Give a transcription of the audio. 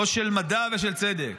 או של מדע ושל צדק?